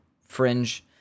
fringe